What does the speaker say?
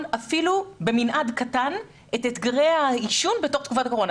אפילו במנעד קטן את אתגרי העישון בתוך תקופת הקורונה,